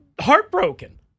heartbroken